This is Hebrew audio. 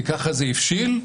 כי ככה זה הבשיל.